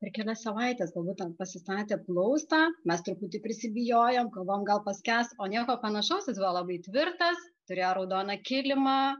per kelias savaites galbūt ten pasistatė plaustą mes truputį prisibijojom galvojom gal paskęs o nieko panašaus jis buvo labai tvirtas turėjo raudoną kilimą